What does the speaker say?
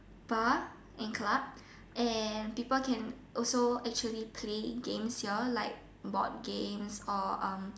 bar and club and people can also actually play games here like board games or um